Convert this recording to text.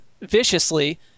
viciously